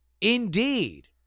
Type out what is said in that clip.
Indeed